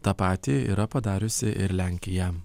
tą patį yra padariusi ir lenkija